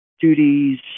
duties